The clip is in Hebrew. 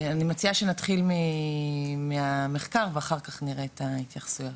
אני מציעה שנתחיל מהמחקר ואחר כך נראה את ההתייחסויות.